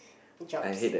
drops